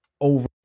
over